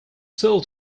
still